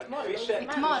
אז כפי שאמרת,